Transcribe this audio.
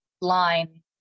line